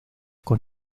con